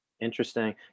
Interesting